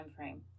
timeframe